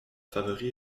favori